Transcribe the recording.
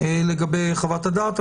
לגבי חוות הדעת.